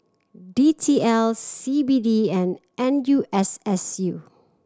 D T L C B D and N U S S U